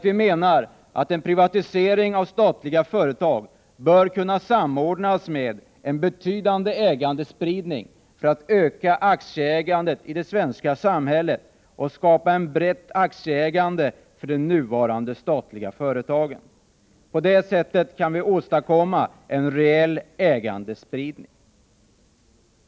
Vi anser att en privatisering av statliga företag bör kunna samordnas med en betydande ägandespridning för att öka aktieägandet i det svenska samhället och skapa ett brett aktieägande i de nuvarande statliga företagen. På det sättet kan vi åstadkomma en reell ägandespridning.